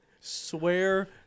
swear